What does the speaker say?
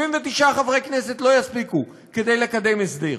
79 חברי כנסת לא יספיקו כדי לקדם הסדר.